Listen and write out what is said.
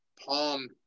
palm